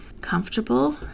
comfortable